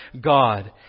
God